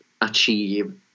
achieve